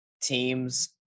teams